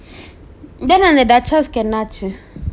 then அந்த:antha dutch house கு என்னாச்சு:ku ennachu